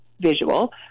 visual